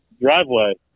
driveway